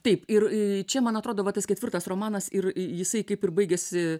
taip ir čia man atrodo va tas ketvirtas romanas ir jisai kaip ir baigiasi